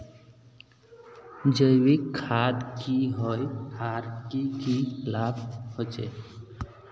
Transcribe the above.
जैविक खाद की होय आर की की लाभ होचे?